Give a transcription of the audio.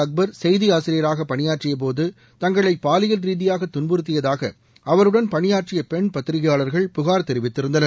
அக்பர் செய்தியாசிரியராக பணியாற்றியபோது தங்களை பாலியல் ரீதியாக துன்புறத்தியதாக அவருடன் பணியாற்றிய பெண் பத்திரிகையாளர்கள் புகார் தெரிவித்திருந்தனர்